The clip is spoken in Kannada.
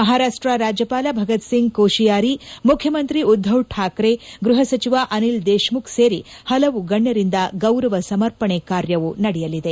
ಮಹಾರಾಷ್ಟ ರಾಜ್ಯಪಾಲ ಭಗತ್ ಸಿಂಗ್ ಕೋಶಿಯಾರಿ ಮುಖ್ಯಮಂತ್ರಿ ಉದ್ದವ್ ಠಾಕ್ರೆ ಗ್ವಹ ಸಚಿವ ಅನಿಲ್ ದೇಶ್ಮುಖ್ ಸೇರಿ ಹಲವು ಗಣ್ಯರಿಂದ ಗೌರವ ಸಮರ್ಪಣೆ ಕಾರ್ಯವು ನಡೆಯಲಿದೆ